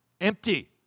Empty